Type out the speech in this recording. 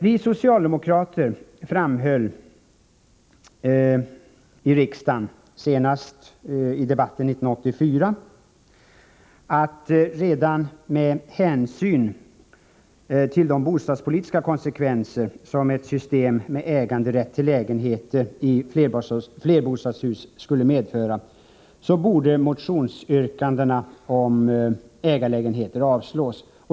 Vi socialdemokrater framhöll i riksdagen senast i debatten 1984, att redan med hänsyn till de bostadspolitiska konsekvenser som ett system med äganderätt till lägenheter i flerbostadshus skulle medföra borde motionsyrkandena om ägarlägenheter avslås.